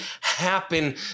happen